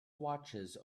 watches